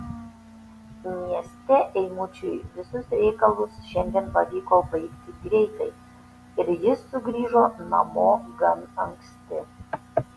mieste eimučiui visus reikalus šiandien pavyko baigti greitai ir jis sugrįžo namo gan anksti